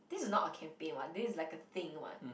this is not a campaign [what] this is like a thing [what]